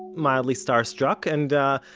mildly starstruck, and ah,